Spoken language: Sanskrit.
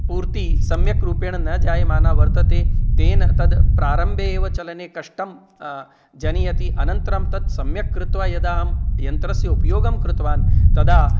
पूर्तिः सम्यक् रूपेण न जायमाना वर्तते तेन तद् प्रारम्भे एव चलने कष्टं जनयति अनन्तरं तत् सम्यक् कृत्वा यदा अहं यन्त्रस्य उपयोगं कृतवान् तदा